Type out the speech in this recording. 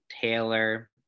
Taylor